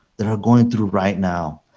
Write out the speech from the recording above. that are going through right now.